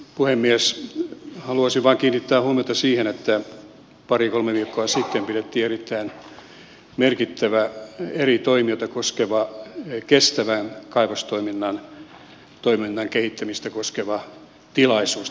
haluaisin vain kiinnittää huomiota siihen että pari kolme viikkoa sitten pidettiin erittäin merkittävä eri toimijoita ja kestävän kaivostoiminnan kehittämistä koskeva tilaisuus täällä helsingissä